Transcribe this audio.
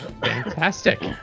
Fantastic